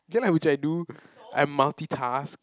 ya lah which I do I multi task